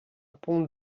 pont